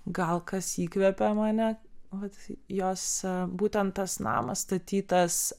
gal kas įkvepia mane vat jose būtent tas namas statytas